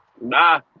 Nah